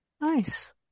Nice